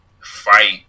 fight